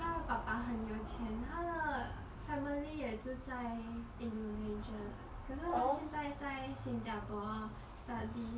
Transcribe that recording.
她的爸爸很有钱她的 family 也住在 indonesia 的可是她现在在新加坡 study